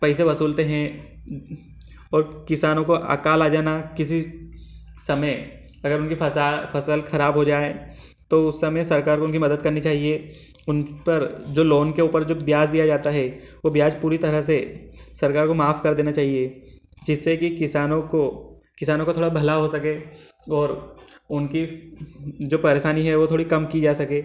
पैसे वसूलते हैं और किसानों को आकाल आ जाना किसी समय अगर उनकी फसल ख़राब हो जाए तो उस समय सरकार को उनकी मदद करनी चाहिए उन पर जो लोन के ऊपर जो ब्याज दिया जाता है वह ब्याज पूरी तरह से सरकार को माफ़ कर देना चाहिए जिससे कि किसानों को किसानों का थोड़ा भला हो सके और उनकी जो परेशानी है वह थोड़ी कम की जा सके